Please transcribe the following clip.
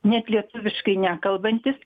net lietuviškai nekalbantys